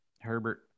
Herbert